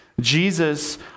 Jesus